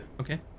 okay